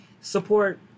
support